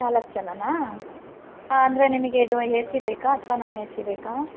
ನಾಲ್ಕು ಜನನಾ ಅಂದರೆ ನಿಮಗೆ ಇದು ಎಸಿ ಬೇಕೋ ಅಥ್ವ ನಾನ್ ಎಸಿ ಬೇಕೋ